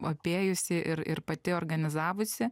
apėjusi ir ir pati organizavusi